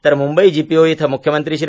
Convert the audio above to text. तर मुंबई जीपीओ इथं मुख्यमंत्री श्री